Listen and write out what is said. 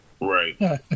right